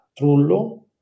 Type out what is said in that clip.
trullo